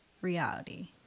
reality